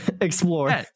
explore